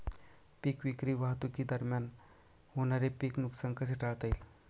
पीक विक्री वाहतुकीदरम्यान होणारे पीक नुकसान कसे टाळता येईल?